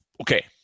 Okay